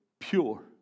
Pure